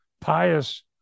pious